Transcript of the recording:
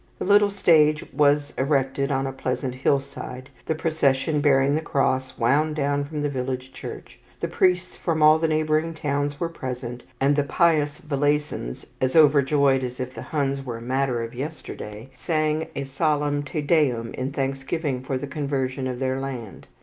the little stage was erected on a pleasant hillside, the procession bearing the cross wound down from the village church, the priests from all the neighbouring towns were present, and the pious valaisans as overjoyed as if the huns were matter of yesterday sang a solemn te deum in thanksgiving for the conversion of their land.